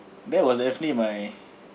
that was definitely my